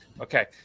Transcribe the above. Okay